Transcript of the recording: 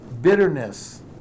bitterness